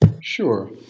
Sure